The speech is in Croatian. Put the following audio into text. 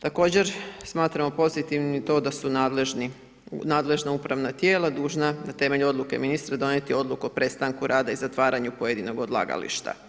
Također smatramo pozitivnim to da su nadležna upravna tijela dužna na temelju odluke ministra donijeti odluku o prestanku rada i zatvaranju pojedinog odlagališta.